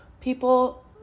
People